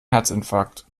herzinfarkt